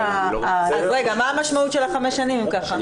אז מה המשמעות של החמש שנים, אם כך?